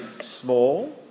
small